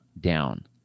down